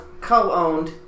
co-owned